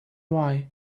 why